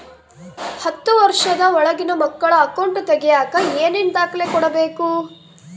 ಹತ್ತುವಷ೯ದ ಒಳಗಿನ ಮಕ್ಕಳ ಅಕೌಂಟ್ ತಗಿಯಾಕ ಏನೇನು ದಾಖಲೆ ಕೊಡಬೇಕು?